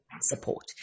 support